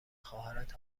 خواهرت